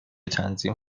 تنظیم